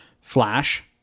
Flash